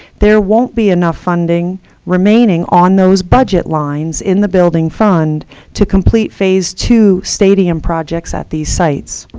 there won't be enough funding remaining on those budget lines in the building fund to complete phase two stadium projects at these sites.